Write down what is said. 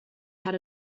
had